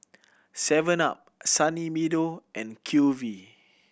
Seven Up Sunny Meadow and QV